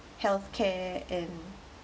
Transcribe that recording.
health care and